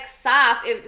soft